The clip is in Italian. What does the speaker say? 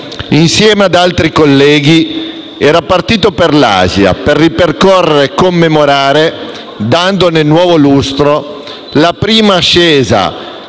insieme ad altri colleghi, era partito per l'Asia per ripercorrere e commemorare, donandone nuovo lustro, la prima ascesa